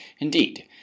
Indeed